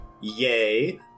Yay